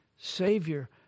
Savior